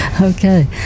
Okay